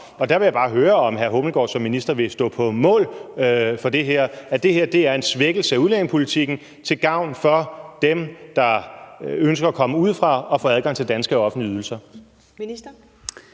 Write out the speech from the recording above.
op. Jeg vil bare høre, om hr. Peter Hummelgaard som minister vil stå på mål for det her. Det her er en svækkelse af udlændingepolitikken til gavn for dem, der ønsker at komme udefra og få adgang til danske offentlige ydelser.